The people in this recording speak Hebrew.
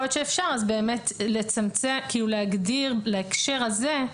יכול להיות שאפשר להגדיר להקשר הזה,